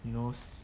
you know